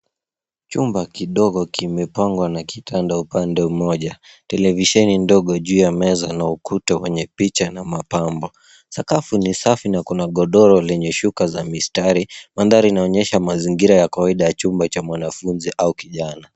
Chumba kidogo kimepangwa na kitanda upande mmoja. Televisheni ndogo juu ya meza na ukuta wenye picha na mapambo. Sakafu ni safi na kuna godoro lenye shuka za mistari. Mandhari inaonyesha mazingira ya kawaida ya chumba cha mwanafunzi au kijana.